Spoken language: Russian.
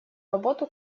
работу